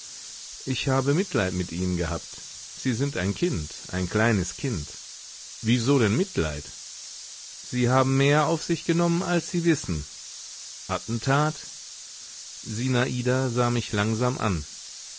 ich habe mitleid mit ihnen gehabt sie sind ein kind ein kleines kind wieso denn mitleid sie haben mehr auf sich genommen als sie wissen attentat sinada sah mich langsam an